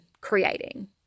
creating